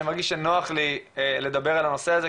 אני מרגיש שנוח לי לדבר על הנושא הזה,